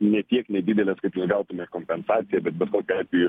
ne tiek nedidelės kad jūs gautumėt kompensaciją bet bet kokiu atveju